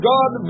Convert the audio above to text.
God